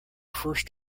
first